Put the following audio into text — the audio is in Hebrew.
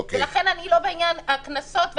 לכן אני לא בעניין הקנסות.